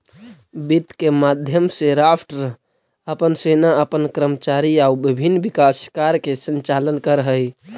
वित्त के माध्यम से राष्ट्र अपन सेना अपन कर्मचारी आउ विभिन्न विकास कार्य के संचालन करऽ हइ